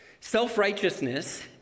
Self-righteousness